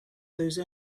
those